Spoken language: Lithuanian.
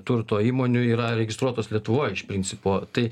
turto įmonių yra registruotos lietuvoj iš principo tai